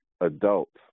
adults